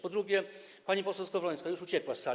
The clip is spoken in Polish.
Po drugie, pani poseł Skowrońska już uciekła z sali.